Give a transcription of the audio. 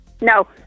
No